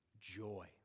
joy